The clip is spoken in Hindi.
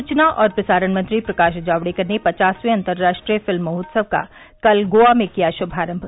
सूचना और प्रसारण मंत्री प्रकाश जावड़ेकर ने पचासवें अन्तरराष्ट्रीय फिल्म महोत्सव का कल गोवा में किया श्भारम्भ